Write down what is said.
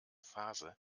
phase